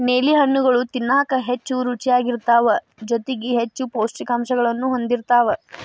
ನೇಲಿ ಹಣ್ಣುಗಳು ತಿನ್ನಾಕ ಹೆಚ್ಚು ರುಚಿಯಾಗಿರ್ತಾವ ಜೊತೆಗಿ ಹೆಚ್ಚು ಪೌಷ್ಠಿಕಾಂಶಗಳನ್ನೂ ಹೊಂದಿರ್ತಾವ